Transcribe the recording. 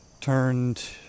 turned